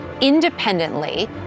independently